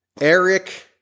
Eric